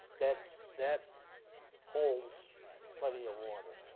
that that pulls plenty of water.